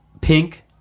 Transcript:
pink